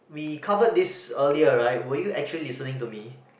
we covered this earlier right were you actually listening to me